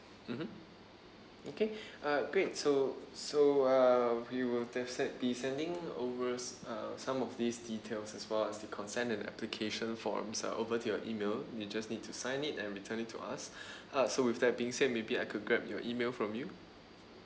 mmhmm okay uh great so so uh we will de~ be sending overs uh some of these details as well as the consent and application forms uh over to your email you just need to sign it and return it to us uh so with that being said maybe I could grab your email from you